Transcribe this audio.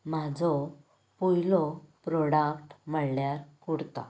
म्हाजो पयलो प्रोडक्ट म्हळ्यार कुर्ता